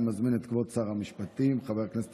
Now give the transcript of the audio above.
אני מזמין את כבוד שר המשפטים חבר הכנסת